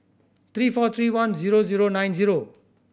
three four three one zero zero nine zero